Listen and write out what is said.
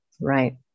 Right